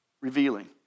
revealing